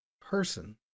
person